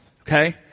Okay